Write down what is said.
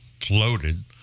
floated